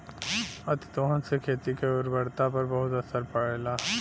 अतिदोहन से खेती के उर्वरता पर बहुत असर पड़ेला